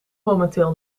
momenteel